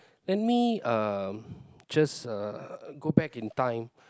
let me um just uh go back in time